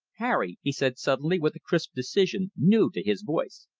harry, he said suddenly with a crisp decision new to his voice,